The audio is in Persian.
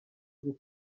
انجام